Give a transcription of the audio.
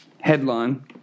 headline